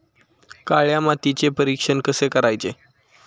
काळ्या मातीचे परीक्षण कसे करायचे?